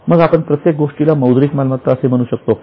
मग आपण प्रत्येक गोष्टीला मौद्रिक मालमत्ता असे म्हणू शकतो का